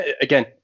again